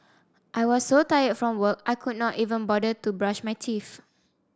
I was so tired from work I could not even bother to brush my teeth